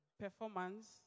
performance